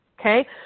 Okay